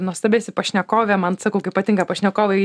nuostabi esi pašnekovė man sakau kai patinka pašnekovai